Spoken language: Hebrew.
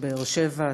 בבאר-שבע,